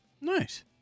Nice